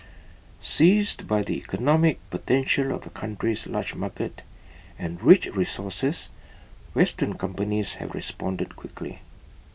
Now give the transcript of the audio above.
seized by the economic potential of the country's large market and rich resources western companies have responded quickly